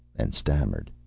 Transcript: and stammered.